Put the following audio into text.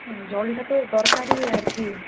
হ্যাঁ জলটা তো দরকারী আর কি